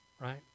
Right